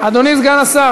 אדוני סגן השר,